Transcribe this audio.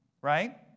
right